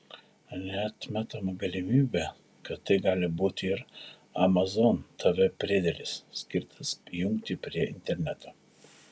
neatmetama galimybė kad tai gali būti ir amazon tv priedėlis skirtas jungti prie interneto